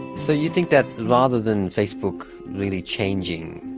so you think that rather than facebook really changing.